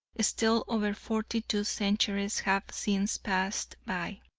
still over forty-two centuries have since passed by.